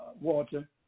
water